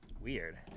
weird